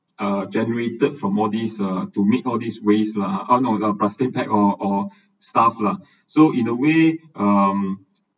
uh generated from all this uh to make all these waste lah oh no no plastic bag or or stuff lah so in a way um